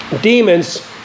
Demons